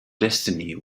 destiny